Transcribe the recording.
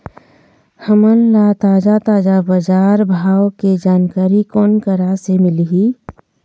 हमन ला ताजा ताजा बजार भाव के जानकारी कोन करा से मिलही?